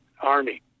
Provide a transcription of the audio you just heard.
Army